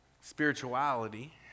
Spirituality